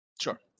sure